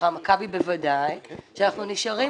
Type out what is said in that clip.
הקופות יצאו מנקודת הנחה מכבי בוודאי שאנחנו נשארים